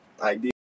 idea